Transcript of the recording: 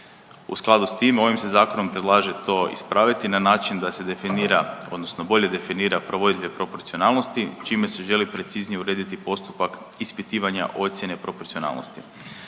U skladu s time, ovim se Zakonom predlaže to ispraviti na način da se definira, odnosno bolje definira provoditelj proporcionalnosti, čime se želi preciznije urediti postupak ispitivanja ocjene proporcionalnosti.